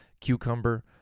cucumber